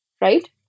right